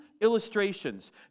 illustrations